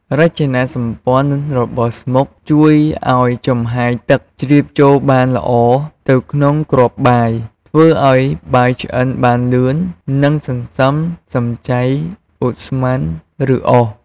រចនាសម្ព័ន្ធរបស់ស្មុកជួយឲ្យចំហាយទឹកជ្រាបចូលបានល្អទៅក្នុងគ្រាប់បាយ ធ្វើឲ្យបាយឆ្អិនបានលឿន និងសន្សំសំចៃឧស្ម័ន ឬអុស។